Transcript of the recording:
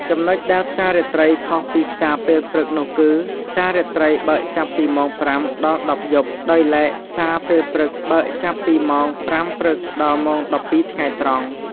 ចំណុចដែលផ្សារាត្រីខុសពីផ្សារពេលព្រឹកនោះគឺ ផ្សារាត្រីបើកចាប់ពីម៉ោង ៥ដល់១០យប់ ដោយឡែកផ្សារពេលព្រឹកបើកចាប់ពីម៉ោង ៥ព្រឹកដល់ម៉ោង១២ថ្ងៃត្រង់។